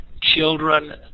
children